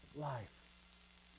life